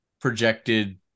projected